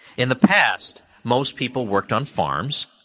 in the past, most people worked on farms,